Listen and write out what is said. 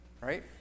Right